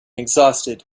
exhausted